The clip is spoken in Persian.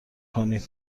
کنید